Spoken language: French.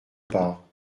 part